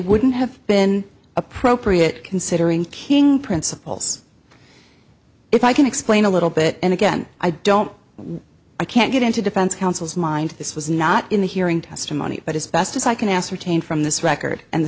wouldn't have been appropriate considering king principles if i can explain a little bit and again i don't i can't get into defense counsel's mind this was not in the hearing testimony but as best as i can ascertain from this record and the